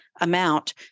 amount